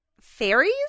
fairies